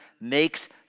makes